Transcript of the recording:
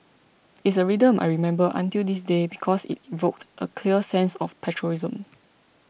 it's a rhythm I remember until this day because it evoked a clear sense of patriotism